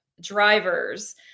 drivers